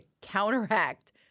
counteract